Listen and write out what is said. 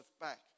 back